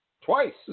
Twice